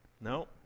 No